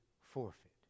forfeit